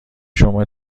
شما